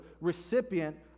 recipient